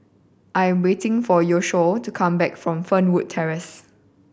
I am waiting for Yoshio to come back from Fernwood Terrace